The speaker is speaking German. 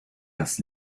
das